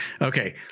okay